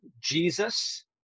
Jesus